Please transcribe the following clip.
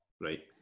Right